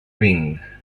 vinc